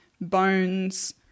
bones